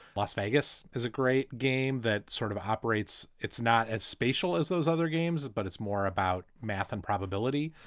las vegas is a great game that sort of operates. it's not as spatial as those other games, but it's more about math and probability.